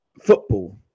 football